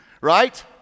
Right